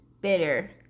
bitter